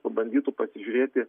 pabandytų pasižiūrėti